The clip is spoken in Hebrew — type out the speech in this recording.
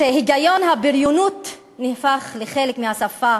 שהגיון הבריונות נהפך לחלק מהשפה: